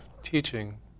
Teaching